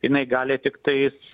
jinai gali tiktais